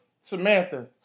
Samantha